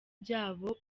byabo